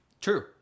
True